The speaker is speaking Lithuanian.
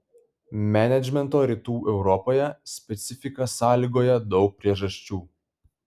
menedžmento rytų europoje specifiką sąlygoja daug priežasčių